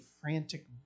frantic